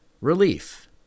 Relief